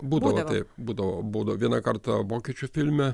būdavo taip būdavo būdavo vieną kartą vokiečių filme